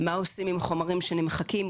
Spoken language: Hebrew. מה עושים עם חומרים שנמחקים.